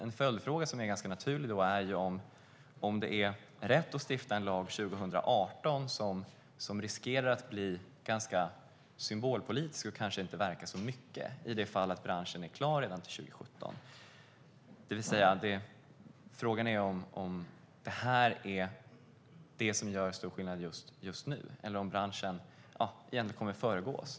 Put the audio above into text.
En följdfråga som är ganska naturlig är dock om det är rätt att år 2018 stifta en lag som riskerar att bli ganska symbolpolitisk och kanske inte verkar så mycket, i det fall branschen är klar redan till 2017. Frågan är alltså om detta är det som gör stor skillnad just nu eller om branschen egentligen kommer att föregå detta.